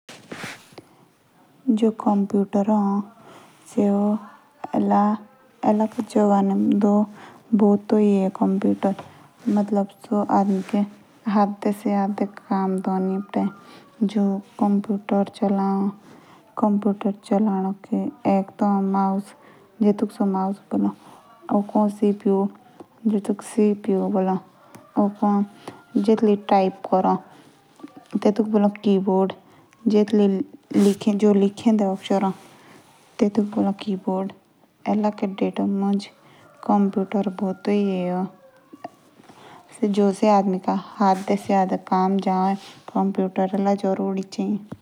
जश कंप्यूटर ए टी से हमरा सारा काम डी करे। या एसई कंप्यूटर चलजाए। एक माउस या एक सी.पी.यू ए।